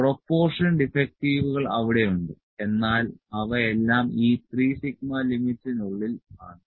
proportion ഡിഫെക്ടിവുകൾ അവിടെയുണ്ട് എന്നാൽ അവ എല്ലാം ഈ 3σ ലിമിറ്റ്സിനുള്ളിൽ ആണ്